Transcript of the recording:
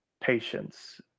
Patience